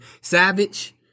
Savage